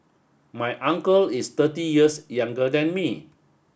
my uncle is thirty years younger than me